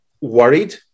worried